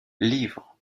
livres